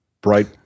bright